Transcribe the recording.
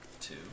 Two